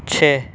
چھ